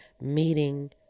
meeting